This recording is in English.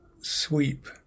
sweep